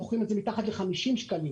מוכרים את זה במחיר של פחות מ-50 שקלים.